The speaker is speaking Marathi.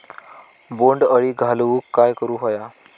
बोंड अळी घालवूक काय करू व्हया?